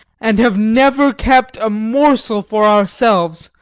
and have never kept a morsel for ourselves,